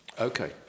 okay